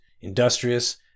industrious